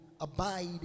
abide